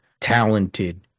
talented